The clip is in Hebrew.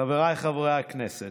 חבריי חברי הכנסת,